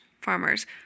farmers